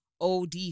od